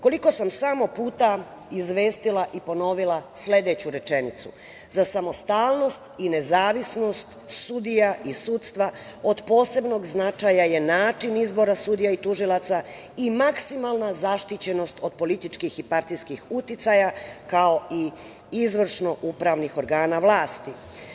Koliko sam samo puta izvestila i ponovila sledeću rečenicu – za samostalnost i nezavisnost sudija i sudstva od posebnog značaja je način izbora sudija i tužilaca i maksimalna zaštićenost od političkih i partijskih uticaja, kao i izvršno-upravih organa vlasti.